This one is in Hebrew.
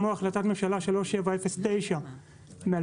כמו החלטת ממשלה 3709 מ-2018,